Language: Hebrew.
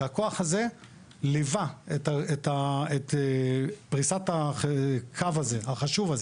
והכוח הזה ליווה את פרישת הקו החשוב הזה.